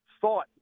thought